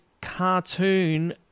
cartoon